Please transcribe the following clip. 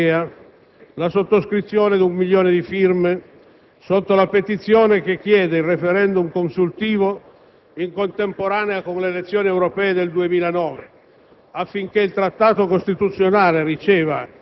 È in via di attuazione in tutta l'Unione Europea la sottoscrizione di un milione di firme sotto la petizione che chiede il *referendum* consultivo in contemporanea con le elezioni europee del 2009,